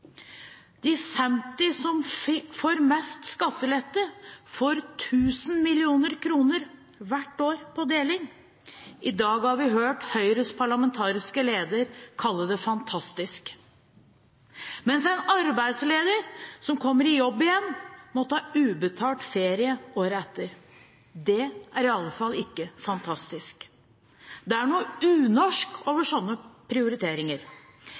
De 50 som får mest skattelette, får tusen millioner kroner hvert år på deling – i dag har vi hørt Høyres parlamentariske leder kalle det «fantastisk» – mens en arbeidsledig som kommer i jobb igjen, må ta ubetalt ferie året etter. Det er i alle fall ikke fantastisk. Det er noe unorsk over sånne prioriteringer.